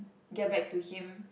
get back to him